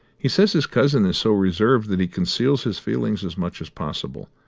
he says his cousin is so reserved that he conceals his feelings as much as possible,